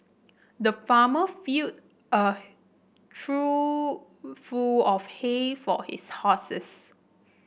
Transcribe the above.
the farmer filled a trough full of hay for his horses